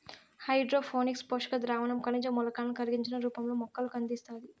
hydroponics పోషక ద్రావణం ఖనిజ మూలకాలను కరిగించిన రూపంలో మొక్కలకు అందిస్తాది